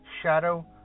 Shadow